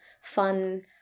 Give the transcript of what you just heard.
fun